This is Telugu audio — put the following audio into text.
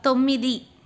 తొమ్మిది